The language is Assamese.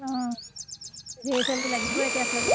অঁ হেৰি ছোৱালী লাগিবই এতিয়া চব